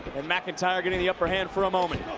and mcintyre getting the upper hand for a moment.